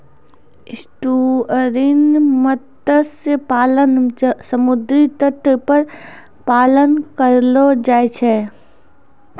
estuarine मत्स्य पालन समुद्री तट पर पालन करलो जाय छै